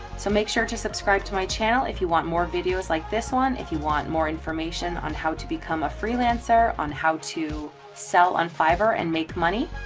so make sure to subscribe to my channel if you want more videos like this one. if you want more information on how to become a freelancer on how to sell on fiverr and make money.